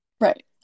Right